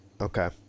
Okay